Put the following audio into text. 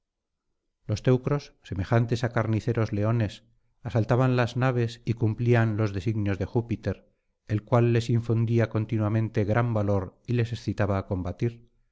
los teucros semejantes á carniceros leones asaltaban las naves y cumplían los designios de júpiter el cual les infundía continuamente gran valor y les excitaba á combatir